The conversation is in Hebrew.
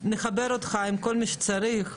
נחבר אותך עם כל מי שצריך,